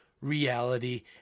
reality